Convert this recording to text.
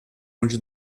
onde